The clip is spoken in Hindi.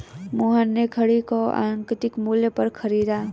मोहन ने घड़ी को अंकित मूल्य पर खरीदा